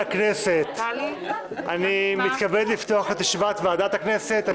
אני מתכבד לפתוח את ישיבת ועדת הכנסת.